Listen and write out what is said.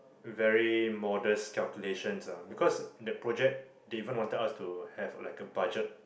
very modest calculations ah because that project they even wanted us to have like a budget